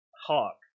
Hawk